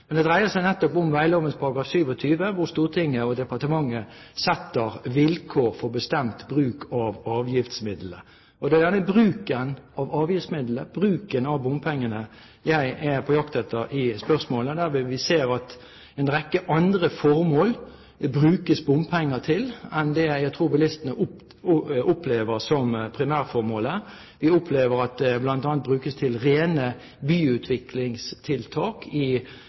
Men det dreier seg nettopp om vegloven § 27, hvor Stortinget og departementet setter vilkår for bestemt bruk av avgiftsmidlene. Det er denne bruken av avgiftsmidlene, bruken av bompengene, jeg er på jakt etter med spørsmålet, for vi ser at det brukes bompenger til en rekke andre formål enn det jeg tror bilistene opplever som primærformålet. Vi opplever at de bl.a. brukes til rene byutviklingstiltak i